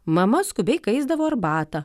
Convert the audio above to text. mama skubiai kaisdavo arbatą